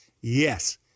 Yes